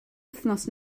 wythnos